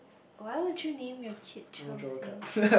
why would you name your kid Chelsea